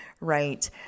right